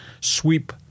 sweep